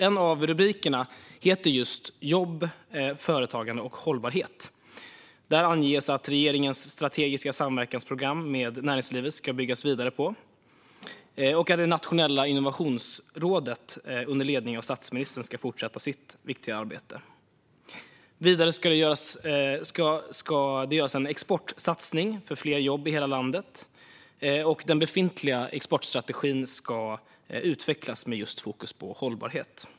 En av rubrikerna är just "Jobb, företagande och hållbar tillväxt". Där anges att regeringens strategiska samverkansprogram med näringslivet ska byggas vidare, och det nationella innovationsrådet under ledning av statsministern ska fortsätta sitt viktiga arbete. Vidare ska det göras en exportsatsning för fler jobb i hela landet, och den befintliga exportstrategin ska utvecklas med fokus på just hållbarhet.